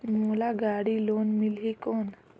मोला गाड़ी लोन मिलही कौन?